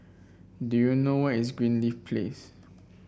do you know where is Greenleaf Place